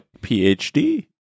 PhD